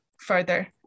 further